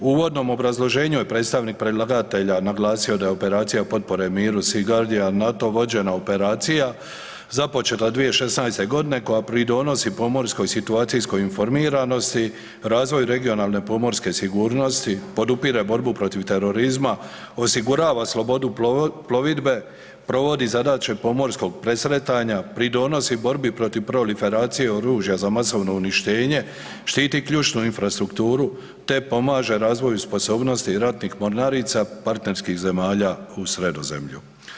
U uvodnom obrazloženju je predstavnik predlagatelja naglasio da je operacija potpore miru „Sea Guardian“ NATO vođena operacija započela 2016. godine koja pridonosi pomorskoj situaciji … razvoju regionalne pomorske sigurnosti, podupire borbu protiv terorizma, osigurava slobodu plovidbe, provodi zadaće pomorskog presretanja, pridonosi borbi protiv proliferacije oružja za masovno uništenje, štiti ključnu infrastrukturu, te pomaže razvoju sposobnosti ratnih mornarica partnerskih zemalja u Sredozemlju.